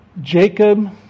Jacob